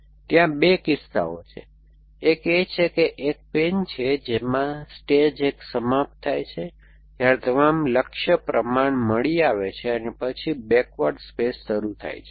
તેથી ત્યાં 2 કિસ્સાઓ છે એક એ છે કે એક પેન છે જેમાં સ્ટેજ 1 સમાપ્ત થાય છે જ્યારે તમામ લક્ષ્ય પ્રમાણ મળી આવે છે અને પછી બેકવર્ડ સ્પેસ શરૂ થાય છે